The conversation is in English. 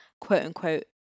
quote-unquote